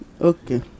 Okay